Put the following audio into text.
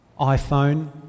iPhone